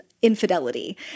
infidelity